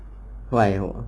why